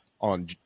on